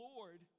Lord